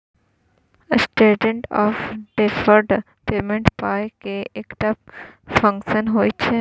standard of deferred payment पाइ केर एकटा फंक्शन होइ छै